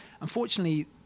Unfortunately